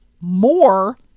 more